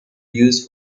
used